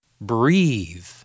Breathe